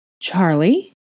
Charlie